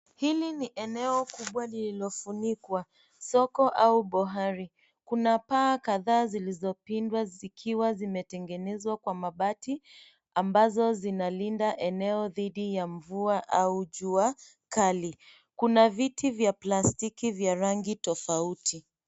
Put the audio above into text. Hili ni eneo kubwa lililofunikwa, soko au bohari. Kuna paa kadhaa zilizopindwa zikiwa zimetengenezwa kwa mabati ambazo zinalinda eneo dhidi ya mvua au jua kali. Kuna viti vya plastiki vya rangi tofauti.